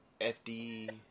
FD